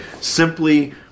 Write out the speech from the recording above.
simply